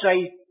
say